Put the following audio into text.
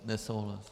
Nesouhlas.